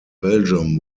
belgium